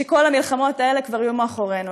כשכל המלחמות האלה כבר יהיו מאחורינו.